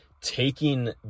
taking